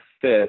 fifth